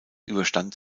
überstand